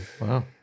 wow